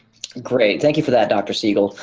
great. thank you for that, dr. siegel.